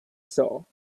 saw